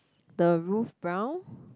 the roof brown